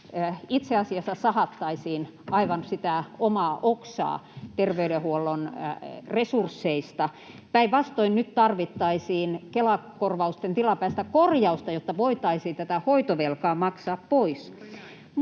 itse asiassa sahattaisiin aivan sitä omaa oksaa terveydenhuollon resursseista. Päinvastoin nyt tarvittaisiin Kela-korvausten tilapäistä korjausta, jotta voitaisiin tätä hoitovelkaa maksaa pois.